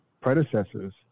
predecessors